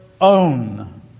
own